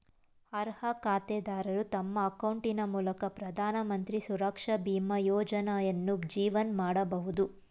ಅರ್ಹ ಖಾತೆದಾರರು ತಮ್ಮ ಅಕೌಂಟಿನ ಮೂಲಕ ಪ್ರಧಾನಮಂತ್ರಿ ಸುರಕ್ಷಾ ಬೀಮಾ ಯೋಜ್ನಯನ್ನು ಜೀವನ್ ಮಾಡಬಹುದು